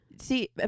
See